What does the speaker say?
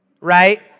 right